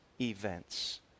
events